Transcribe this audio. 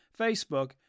Facebook